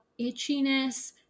itchiness